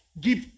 give